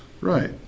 Right